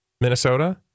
Minnesota